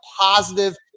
positive